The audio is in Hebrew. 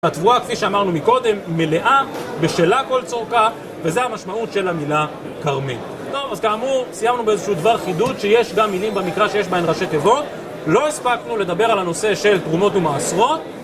התבואה, כפי שאמרנו מקודם, מלאה, בשלה כל צורכה, וזה המשמעות של המילה כרמל. טוב, אז כאמור, סיימנו באיזשהו דבר חידוד, שיש גם מילים במקרא שיש בהן ראשי תיבות. לא הספקנו לדבר על הנושא של תרומות ומעשרות.